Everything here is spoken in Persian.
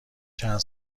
چند